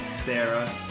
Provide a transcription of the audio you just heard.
Sarah